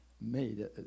made